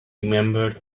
remembered